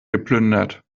geplündert